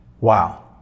Wow